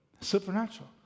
Supernatural